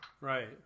Right